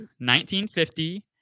1950